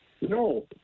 No